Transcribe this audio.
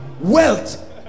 Wealth